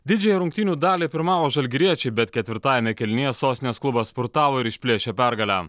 didžiąją rungtynių dalį pirmavo žalgiriečiai bet ketvirtajame kėlinyje sostinės klubas spurtavo ir išplėšė pergalę